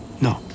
No